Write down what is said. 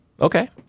Okay